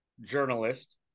journalist